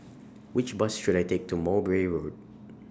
Which Bus should I Take to Mowbray Road